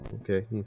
okay